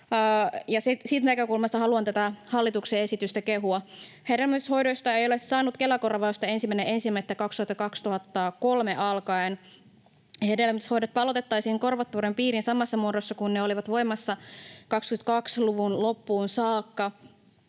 siitä näkökulmasta haluan tätä hallituksen esitystä kehua. Hedelmöityshoidoista ei ole saanut Kela-korvausta 1.1.2023 alkaen, ja hedelmöityshoidot palautettaisiin korvattavuuden piirin samassa muodossa kuin ne olivat voimassa vuoden 22 loppuun saakka.